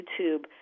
YouTube